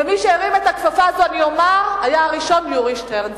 הראשון שהרים את הכפפה הזאת היה יורי שטרן,